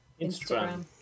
Instagram